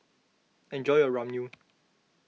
enjoy your Ramyeon